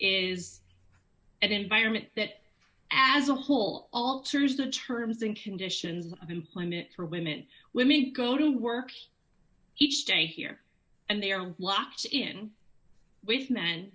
is an environment that as a whole alters the terms and conditions of employment for women women go to work each day here and they are locked in with men